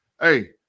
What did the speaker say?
Hey